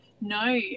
No